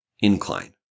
incline